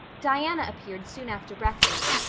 diana appeared soon after breakfast,